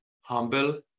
humble